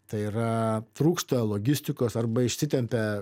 tai yra trūksta logistikos arba išsitempia